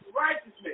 righteousness